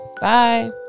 Bye